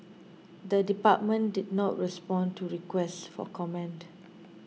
the department did not respond to requests for comment